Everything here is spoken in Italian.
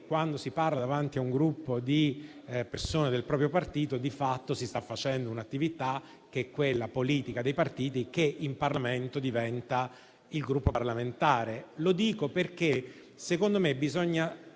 quando si parla davanti a un gruppo di persone del proprio partito, di fatto si sta svolgendo un'attività che è quella politica dei partiti e che in Parlamento diventa quella del Gruppo parlamentare. Lo dico perché, secondo me, bisogna